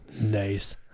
Nice